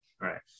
Right